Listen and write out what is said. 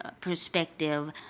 perspective